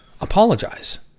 apologize